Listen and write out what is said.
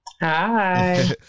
Hi